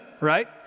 right